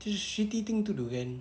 tu shitty thing to do kan